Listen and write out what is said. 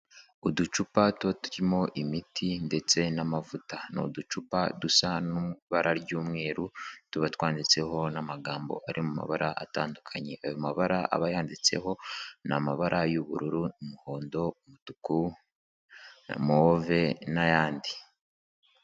Uducupato tuba turimo imiti ndetse n'amavuta, n'uducupa dusa n'ibara ry'umweru tuba twanditseho n'amagambo aba ari mu mabara atandukanye ayo mabara aba yanyanditseho n'amabara y'ubururu n'umuhondo umutuku na move n'ayandi.